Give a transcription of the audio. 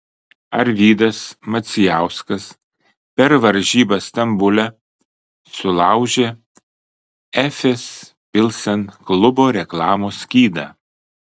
arvydas macijauskas per varžybas stambule sulaužė efes pilsen klubo reklamos skydą